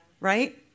right